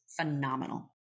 phenomenal